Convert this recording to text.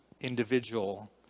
individual